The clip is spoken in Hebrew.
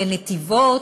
לנתיבות,